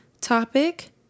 topic